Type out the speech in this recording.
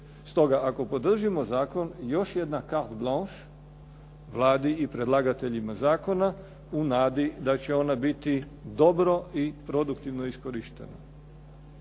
Stoga ako podržimo zakon, još jedna … Vladi i predlagateljima zakona u nadi da će ona biti dobro i produktno iskorištena.